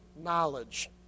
knowledge